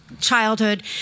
childhood